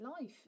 life